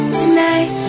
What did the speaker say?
tonight